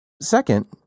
Second